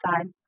side